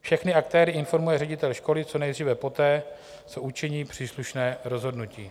Všechny aktéry informuje ředitel školy co nejdříve poté, co učiní příslušné rozhodnutí.